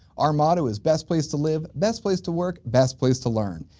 our motto is best place to live, best place to work, best place to learn.